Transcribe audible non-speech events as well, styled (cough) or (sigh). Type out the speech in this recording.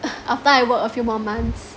(laughs) after I work a few more months